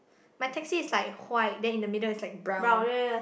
my taxi is like white then in the middle is like brown